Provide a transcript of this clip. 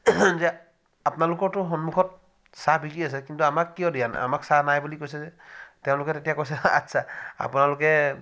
যে আপোনালোকৰতো সন্মুখত চাহ বিকি আছে কিন্তু আমাক কিয় দিয়া নাই আমাক চাহ নাই বুলি কৈছে যে তেওঁলোকে তেতিয়া কৈছে আচ্ছা আপোনালোকে